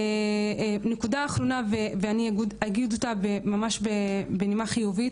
נקודה אחרונה, ואני אגיד אותה בנימה ממש חיובית.